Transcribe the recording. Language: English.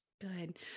Good